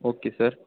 okay sir